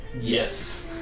Yes